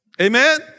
Amen